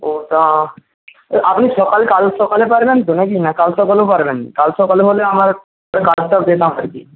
ওটা আপনি সকালে কাল সকালে পারবেন তো নাকি না কাল সকালেও পারবেন না কাল সকালে হলে আমার